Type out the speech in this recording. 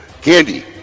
Candy